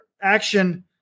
action